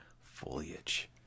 Foliage